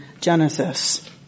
Genesis